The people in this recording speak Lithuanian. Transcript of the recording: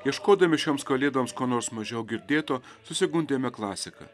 ieškodami šioms kalėdoms ko nors mažiau girdėto susigundėme klasika